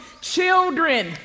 children